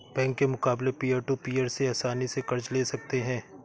bank के मुकाबले peer to peer से आसनी से कर्ज ले सकते है